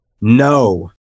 no